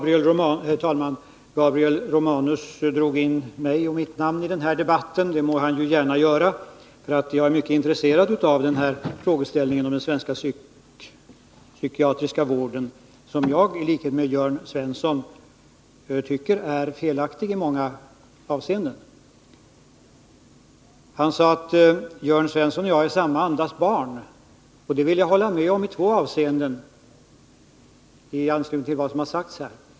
Herr talman! Gabriel Romanus drog in mitt namn i den här debatten. Det må han gärna göra, för jag är mycket intresserad av den här frågeställningen om den svenska psykiatriska vården, som jag i likhet med Jörn Svensson tycker är felaktig i många avseenden. Han sade att Jörn Svensson och jag är samma andas barn, och det vill jag hålla med om i två avseenden i anslutning till vad som har sagts här.